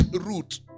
root